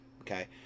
Okay